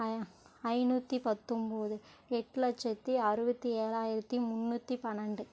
ஐநூற்றி பத்தொம்பது எட்டு லட்சத்து அறுபத்தி ஏழாயிரத்து முன்னூற்றி பன்னெண்டு